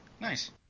Nice